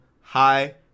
hi